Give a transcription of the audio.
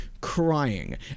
crying